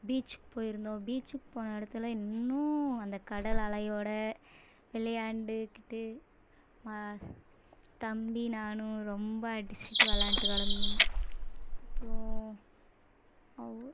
பீச்சுக்கு போய்ருந்தோம் பீச்சுக்கு போன இடத்துல இன்னும் அந்த கடல் அலையோடு விளையாண்டுக்கிட்டு தம்பி நானும் ரொம்ப அடிச்சுக்கிட்டு விளாண்ட்டுக் கிடந்தோம் அப்புறம் அவ்ளோதான்